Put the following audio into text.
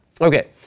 Okay